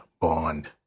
Bond